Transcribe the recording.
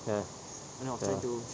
yes ya